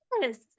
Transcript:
Yes